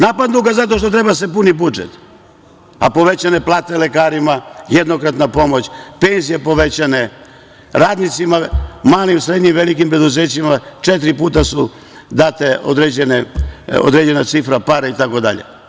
Napadnu ga zato što treba da se puni budžet, a povećane plate lekarima, jednokratna pomoć, penzije povećane, radnicima malim, srednjim i velikim preduzećima četiri puta je data određena cifra itd.